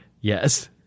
Yes